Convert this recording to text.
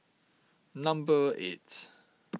number eight